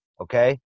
okay